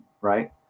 right